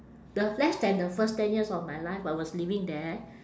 the less than the first ten years of my life I was living there